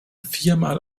viermal